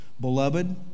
Beloved